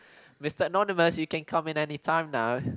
Mister Anonymous you can come in anytime now